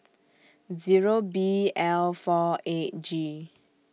Zero B L four eight G